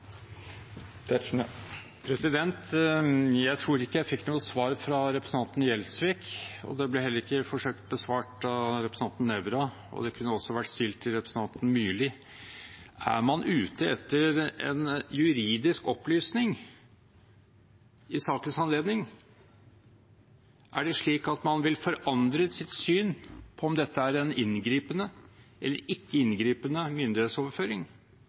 jeg fikk noe svar fra representanten Gjelsvik, det ble heller ikke forsøkt besvart av representanten Nævra, og det kunne også vært stilt til representanten Myrli: Er man ute etter en juridisk opplysning i sakens anledning? Er det slik at man vil forandre sitt syn på om det er en inngripende eller ikke inngripende myndighetsoverføring